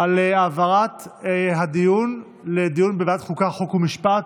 על העברת הדיון לדיון בוועדת החוקה, חוק ומשפט,